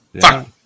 Fuck